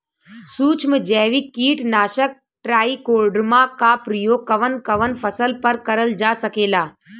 सुक्ष्म जैविक कीट नाशक ट्राइकोडर्मा क प्रयोग कवन कवन फसल पर करल जा सकेला?